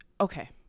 Okay